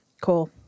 Cool